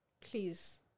Please